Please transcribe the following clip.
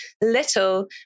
little